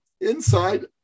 Inside